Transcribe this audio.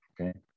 Okay